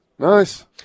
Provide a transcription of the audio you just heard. Nice